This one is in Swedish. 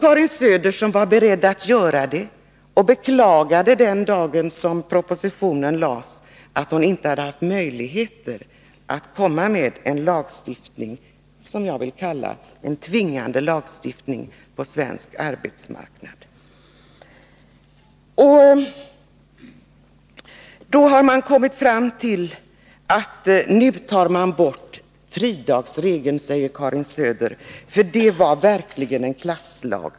Karin Söder var däremot beredd att göra det, och den dag då propositionen lades fram beklagade hon att hon inte hade haft möjlighet att föreslå en lagstiftning, som jag vill kalla en tvingande lagstiftning, på svensk arbetsmarknad. Då har man kommit fram till att ta bort fridagsregeln, säger Karin Söder, för det var verkligen en klasslag.